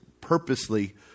purposely